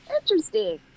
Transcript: Interesting